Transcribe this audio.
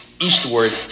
eastward